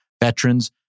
veterans